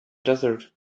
desert